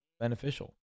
beneficial